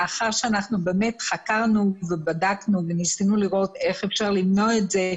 לאחר שאנחנו באמת חקרנו ובדקנו וניסינו לראות איך אפשר למנוע את זה,